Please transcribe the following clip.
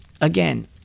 again